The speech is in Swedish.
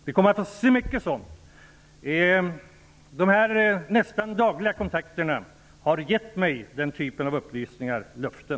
Vi kommer att få se mycket sådant. Mina nästan dagliga kontakter med näringslivet har gett mig den typen av upplysningar och löften.